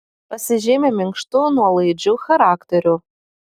pasižymi minkštu nuolaidžiu charakteriu